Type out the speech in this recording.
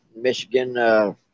Michigan